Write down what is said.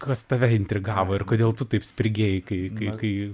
kas tave intrigavo ir kodėl tu taip spirgėjai kai kai kai